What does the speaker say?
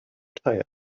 tire